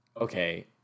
okay